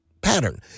pattern